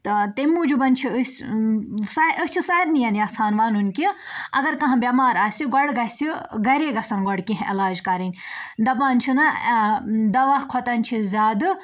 تہٕ تمہِ موٗجوٗب چھِ أسۍ سا أسۍ چھِ سارنِیَن یَژھان وَنُن کہِ اگر کانٛہہ بٮ۪مار آسہِ گۄڈٕ گژھِ گَرے گژھن گۄڈٕ کیٚنٛہہ علاج کَرٕنۍ دَپان چھِناہ دَوا کھۄتَن چھِ زیادٕ